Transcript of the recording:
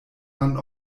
man